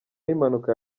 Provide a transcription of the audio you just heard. y’impanuka